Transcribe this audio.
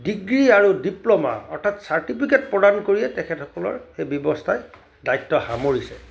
degree আৰু diploma অৰ্থাৎ certificate প্ৰদান কৰিয়ে তেখেতসকলৰ সেই ব্যৱস্থাই দ্বায়িত্ব সামৰিছে